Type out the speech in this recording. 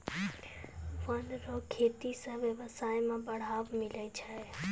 वन रो खेती से व्यबसाय में बढ़ावा मिलै छै